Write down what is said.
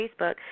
Facebook